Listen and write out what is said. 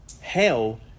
Hell